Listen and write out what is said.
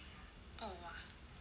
!wah!